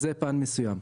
זה פן מסוים.